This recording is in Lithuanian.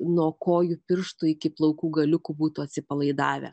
nuo kojų pirštų iki plaukų galiukų būtų atsipalaidavę